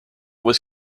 was